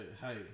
hey